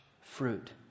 fruit